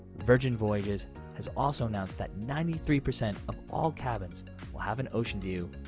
virgin voyages has also announced that ninety three percent of all cabins will have an ocean view,